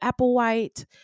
Applewhite